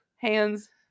Hands